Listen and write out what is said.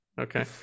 Okay